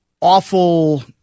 awful –